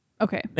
Okay